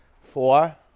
four